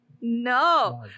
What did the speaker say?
no